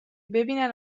ببینن